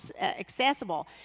accessible